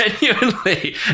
Genuinely